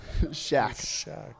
Shaq